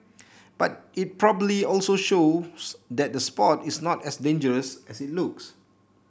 but it probably also shows that the sport is not as dangerous as it looks